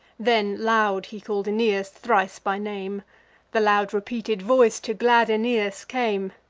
then loud he call'd aeneas thrice by name the loud repeated voice to glad aeneas came.